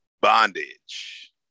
Bondage